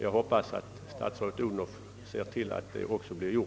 Jag hoppas också att statsrådet ser till att så sker.